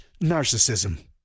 narcissism